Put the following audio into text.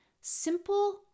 Simple